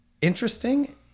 interesting